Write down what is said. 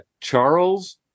charles